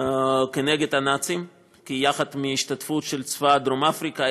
כנגד הנאצים, כחלק מההשתתפות של צבא דרום אפריקה.